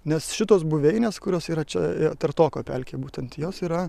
nes šitos buveinės kurios yra čia tartoko pelkėj būtent jos yra